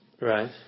Right